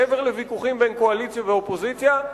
מעבר לוויכוחים בין קואליציה לאופוזיציה,